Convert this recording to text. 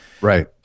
Right